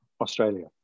australia